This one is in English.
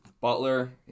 Butler